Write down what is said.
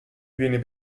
viene